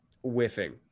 whiffing